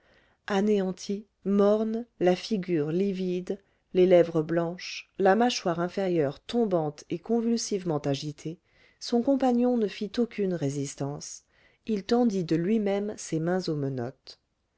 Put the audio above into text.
anéanti morne la figure livide les lèvres blanches la mâchoire inférieure tombante et convulsivement agitée son compagnon ne fit aucune résistance il tendit de lui-même ses mains aux menottes